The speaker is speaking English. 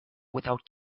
without